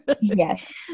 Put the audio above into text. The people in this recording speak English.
Yes